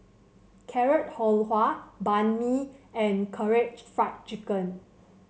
Carrot Halwa Banh Mi and Karaage Fried Chicken